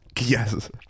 yes